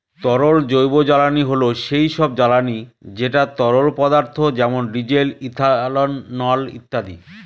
তরল জৈবজ্বালানী হল সেই সব জ্বালানি যেটা তরল পদার্থ যেমন ডিজেল, ইথানল ইত্যাদি